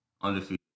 Undefeated